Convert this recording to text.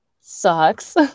sucks